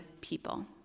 people